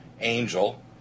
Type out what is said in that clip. angel